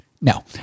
no